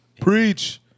Preach